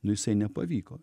nu jisai nepavyko